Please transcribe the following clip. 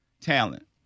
talent